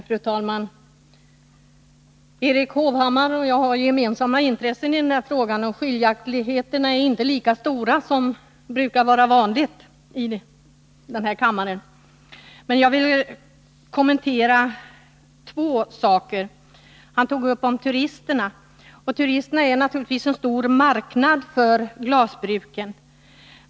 Fru talman! Erik Hovhammar och jag har gemensamma intressen i den här frågan, och skiljaktigheterna oss emellan är inte lika stora som de brukar vara i den här kammaren. Jag vill kommentera två saker i Erik Hovhammars anförande. Erik Hovhammar nämnde turismen. Turisterna är naturligtvis en stor marknad för glasbruken.